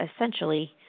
essentially